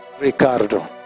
Ricardo